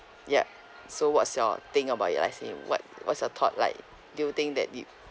yup so what's your think about your as in what what's your thought like do you think that it